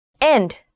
end